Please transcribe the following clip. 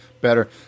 better